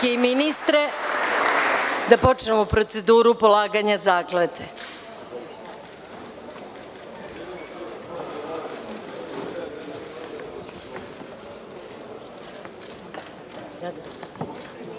i ministre da počnemo proceduru polaganja